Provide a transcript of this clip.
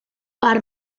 per